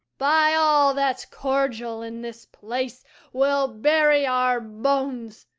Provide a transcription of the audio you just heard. by all that's cordial, in this place we'll bury our bones,